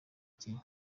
kenya